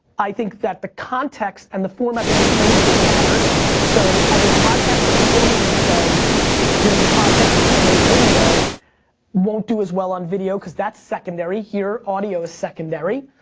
i think that the context and the format that you're creating for matters. so, i think podcast that are filming themselves doing the podcast and there's video won't do as well on video cause that's secondary. here, audio is secondary.